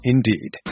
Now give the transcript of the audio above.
Indeed